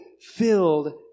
filled